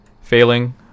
Failing